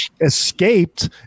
escaped